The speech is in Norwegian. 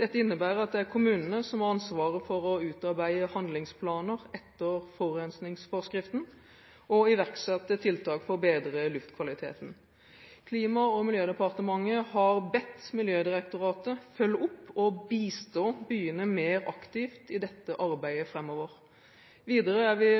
Dette innebærer at det er kommunene som har ansvaret for å utarbeide handlingsplaner etter forurensningsforskriften og iverksette tiltak for å bedre luftkvaliteten. Klima- og miljødepartementet har bedt Miljødirektoratet følge opp og bistå byene mer aktivt i dette arbeidet framover. Videre er vi